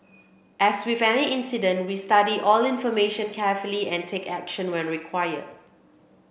as with any incident we study all information carefully and take action where require